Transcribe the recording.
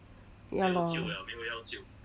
ya lor